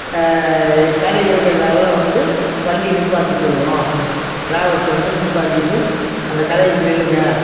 கடைகளுக்கு எதுத்தாப்பில வந்து வண்டியை நிப்பாட்டிச் சொல்லுவோம் டிராவல்ஸை வந்து நிப்பாட்டிட்டு அந்த கடைக்கிட்ட நில்லுங்கள்